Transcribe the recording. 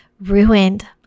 ruined